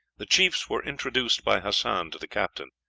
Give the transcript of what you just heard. the chiefs were introduced by hassan to the captain.